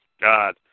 God